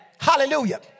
hallelujah